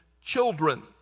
children